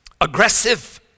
aggressive